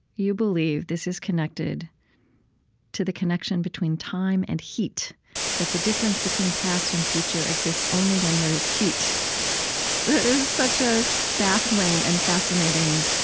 you believe this is connected to the connection between time and heat that the difference between past and future exists only when there is heat. that is such a baffling and fascinating